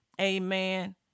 Amen